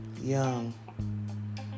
young